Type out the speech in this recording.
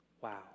wow